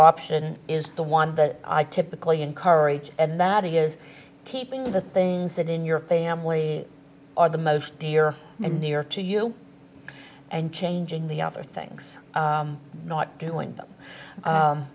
option is the one that i typically encourage and that is keeping the things that in your family are the most dear and near to you and changing the other things not doing them